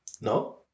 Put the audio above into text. No